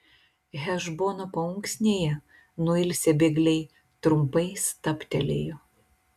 hešbono paunksnėje nuilsę bėgliai trumpai stabtelėjo